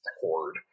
horde